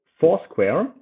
Foursquare